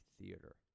theater